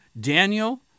Daniel